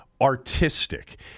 artistic